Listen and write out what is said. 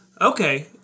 Okay